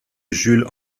jules